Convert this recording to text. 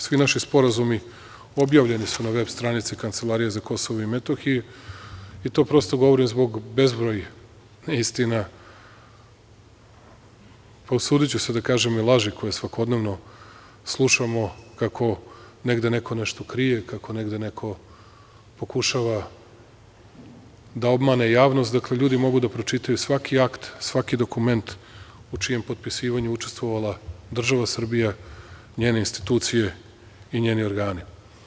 Svi naši sporazumi objavljeni su na VEB stranici Kancelarije za Kosovo i Metohiju, i to prosto govorim zbog bezbroj neistina, usudiću se i da kažem, laži koje svakodnevno slušamo, kako negde neko nešto krije, kako negde neko pokušava da obmane javnost, dakle, ljudi mogu da pročitaju svaki akt, svaki dokument u čijem potpisivanju je učestvovala država Srbija, njene institucije i njeni organi.